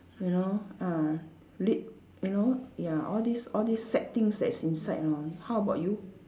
you know ah lit~ you know ya all these all these sad things that's inside you know how about you